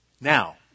Now